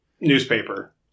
newspaper